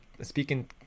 speaking